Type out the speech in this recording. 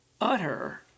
utter